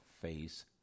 face